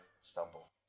stumble